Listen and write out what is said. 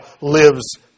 lives